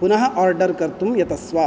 पुनः आर्डर् कर्तुं यतस्व